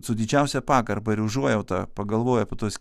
su didžiausia pagarba ir užuojauta pagalvoju apie tuos